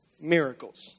Miracles